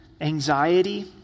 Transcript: anxiety